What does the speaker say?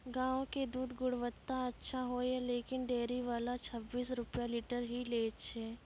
गांव के दूध के गुणवत्ता अच्छा होय या लेकिन डेयरी वाला छब्बीस रुपिया लीटर ही लेय छै?